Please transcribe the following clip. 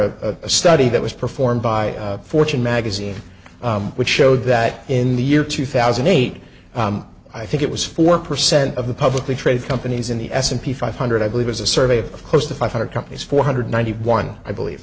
a study that was performed by fortune magazine which showed that in the year two thousand and eight i think it was four percent of the publicly traded companies in the s and p five hundred i believe is a survey of close to five hundred companies four hundred ninety one i believe